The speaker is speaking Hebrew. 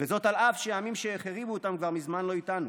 וזאת אף שהעמים שהחריבו אותם כבר מזמן לא איתנו.